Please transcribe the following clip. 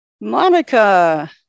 Monica